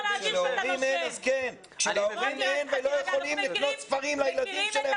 ההורים האלה לא יכולים לקנות ספרים לילדים שלהם,